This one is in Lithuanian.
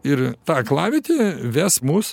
ir ta aklavietė ves mus